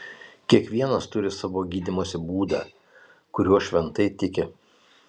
kiekvienas turi savo gydymosi būdą kuriuo šventai tiki